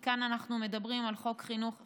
כי כאן אנחנו מדברים על חוק חינוך חינם,